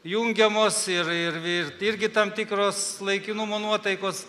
jungiamos ir ir ir irgi tam tikros laikinumo nuotaikos